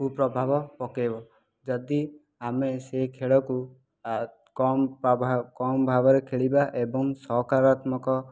କୁପ୍ରଭାବ ପକାଇବ ଯଦି ଆମେ ସେ ଖେଳ କୁ କମ୍ କମ୍ ଭାବରେ ଖେଳିବା ଏବଂ ସକାରାତ୍ମକ